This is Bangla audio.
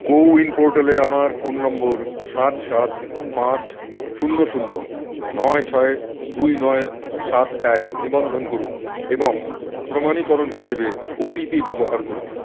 কো উইন পোর্টালে আমার ফোন নম্বর সাত সাত পাঁচ শূন্য শূন্য নয় ছয় দুই নয় সাত এক নিবন্ধন করুন এবং প্রমাণীকরণ হিসেবে ওটিপি ব্যবহার করুন